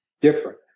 different